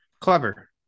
clever